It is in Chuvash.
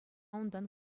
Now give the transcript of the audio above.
унтан